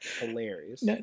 Hilarious